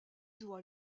doit